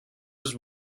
his